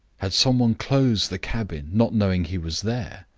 had some one closed the cabin, not knowing he was there?